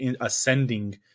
ascending